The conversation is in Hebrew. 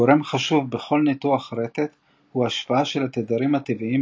גורם חשוב בכל ניתוח רטט הוא השוואה של התדרים הטבעיים